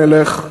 אדוני המלך,